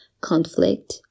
conflict